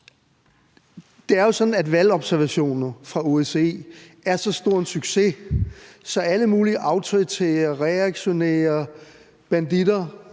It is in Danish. Det er jo sådan, at valgobservationer fra OSCE er så stor en succes, at alle mulige autoritære, reaktionære banditter